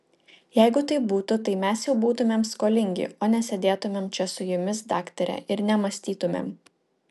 jeigu taip būtų tai mes jau būtumėm skolingi o nesėdėtumėm čia su jumis daktare ir nemąstytumėm